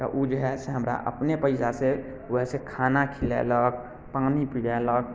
तऽ ओ जे हइ से हमरा अपने पइसासँ वएहसँ खाना खिलेलक पानी पिलेलक